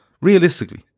Realistically